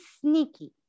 sneaky